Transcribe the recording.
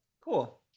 Cool